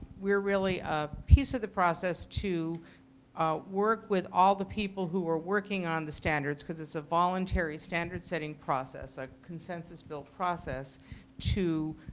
we are really a piece of the process to work with all the people who are working on the standards, because it's a voluntary standard setting process, a consensus built process to